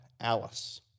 Alice